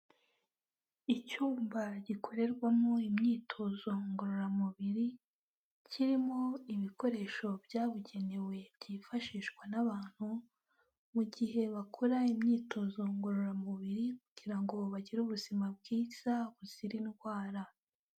Icyumba gikorerwamo imyitozo ngororamubiri, kirimo ibikoresho byabugenewe byifashishwa n'abantu mu gihe bakora imyitozo ngororamubiri kugirango bagire ubuzima bwiza buzira indwara.